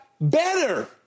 better